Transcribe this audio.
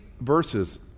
verses